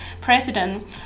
president